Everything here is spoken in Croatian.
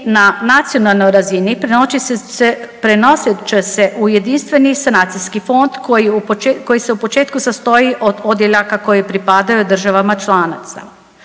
na nacionalnoj razini prenosit će se u jedinstveni sanacijski fond koji se u početku sastoji od odjeljaka koji pripadaju državama članica.